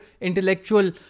intellectual